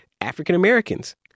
African-Americans